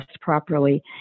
properly